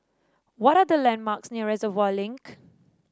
what are the landmarks near Reservoir Link